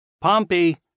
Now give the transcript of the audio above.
Pompey